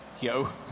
Yo